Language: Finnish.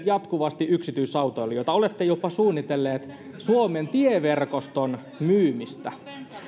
jatkuvasti yksityisautoilijoita olette jopa suunnitelleet suomen tieverkoston myymistä